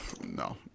no